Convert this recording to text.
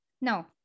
no